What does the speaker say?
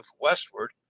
westward